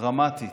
דרמטית.